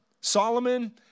Solomon